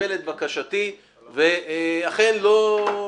קיבל את בקשתי ואכן לא,